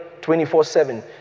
24-7